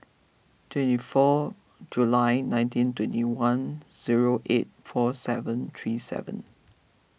twenty four July nineteen twenty one zero eight four seven three seven